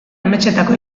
ametsetako